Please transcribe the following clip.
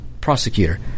prosecutor